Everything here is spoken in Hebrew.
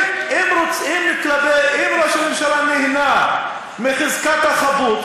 אם ראש הממשלה נהנה מחזקת החפות,